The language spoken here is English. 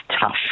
tough